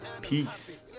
Peace